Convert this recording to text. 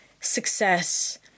success